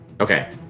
Okay